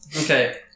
Okay